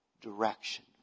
direction